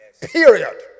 Period